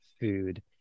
food